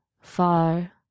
far